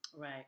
Right